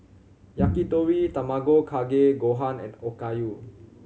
Yakitori Tamago Kake Gohan and Okayu